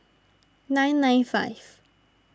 nine nine five